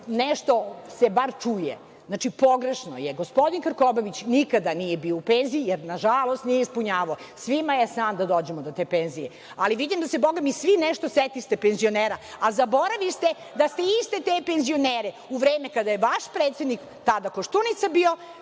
nešto bar čuje. Znači, pogrešno je. Gospodin Krkobabić nikad nije bio u penziji, jer nažalost nije ispunjavao. Svima je san da dođemo do te penzije. Ali, vidim da se, bogami, svi nešto setiste penzionera, a zaboraviste da ste iste te penzionere, u vreme kada je vaš predsednik tada Koštunica bio,